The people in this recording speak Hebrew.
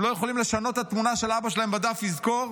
הם לא יכולים לשנות את התמונה של אבא שלהם בדף יזכור,